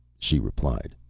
she replied.